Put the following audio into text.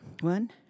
One